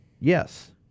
Yes